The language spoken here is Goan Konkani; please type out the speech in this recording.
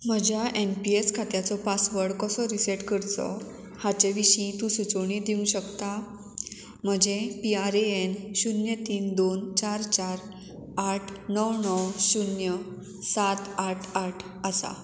म्हज्या एन पी एस खात्याचो पासवर्ड कसो रिसेट करचो हाचे विशीं तूं सुचोवणी दिवंक शकता म्हजें पी आर ए एन शुन्य तीन दोन चार चार आठ णव णव शुन्य सात आठ आठ आसा